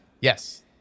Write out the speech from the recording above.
yes